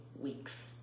weeks